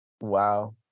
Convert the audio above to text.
wow